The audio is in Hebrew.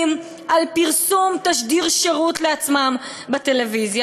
על פרסום תשדיר שירות לעצמם בטלוויזיה.